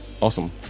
Awesome